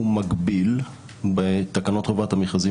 הוא מגביל בתקנות חובת המכרזים,